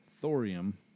thorium